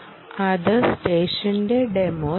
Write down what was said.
അത് സ്റ്റെഷന്റെ ഡെമോയാണ്